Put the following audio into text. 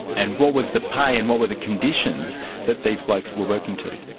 and what was the pay and what were the conditions that these blokes were working to?